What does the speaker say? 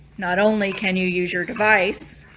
not only can you use your device,